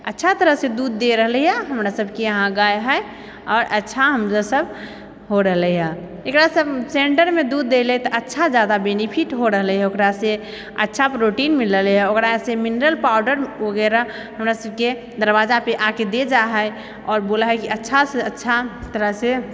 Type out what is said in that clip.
अच्छा तरहसँ दूध दै रहलै हँ हमरा सबके यहाँ गाय हइ आओर अच्छा आमद सब हो रहलै हइ एकरा सबमे सेन्डरमे दूध दऽ रहलै तऽ अच्छा ज्यादा बेनेफिट हो रहलै हइ ओकरासँ अच्छा प्रोटीन मिल रहलै हइ ओकरासँ अच्छा मिनरल पाउडर वगैरह हमरा सबके दरवाजापर आके दऽ जाइ हइ आओर बोलऽ हइ कि अच्छासँ अच्छा तरहसँ